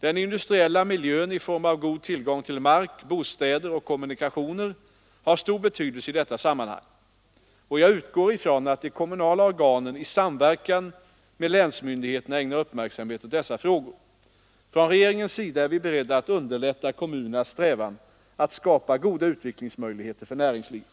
Den industriella miljön i form av god tillgång till mark, bostäder och kommunikationer har stor betydelse i detta sammanhang, och jag utgår från att de kommunala organen i samverkan med länsmyndigheterna ägnar uppmärksamhet åt dessa frågor. Från regeringens sida är vi beredda att underlätta kommunernas strävan att skapa goda utvecklingsmöjligheter för näringslivet.